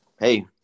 hey